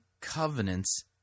covenants